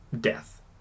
death